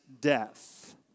death